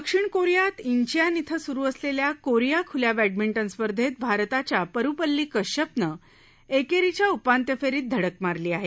दक्षिण कोरियात इन्विअॅन इथं सुरू असलेल्या कोरिया खुल्या बॅडमिंटन स्पर्धेत भारताच्या परुपल्ली कश्यपनं एकेरीच्या उपांत्य फेरीत धडक मारली आहे